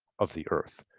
of the earth.